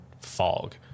fog